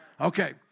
Okay